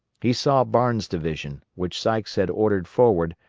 he saw barnes' division, which sykes had ordered forward,